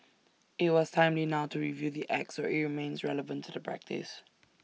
IT was timely now to review the act so IT remains relevant to the practice